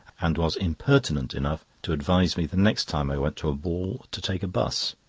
and was impertinent enough to advise me the next time i went to a ball to take a bus.